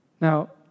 Now